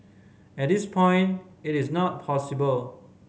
at this point it is not possible